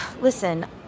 Listen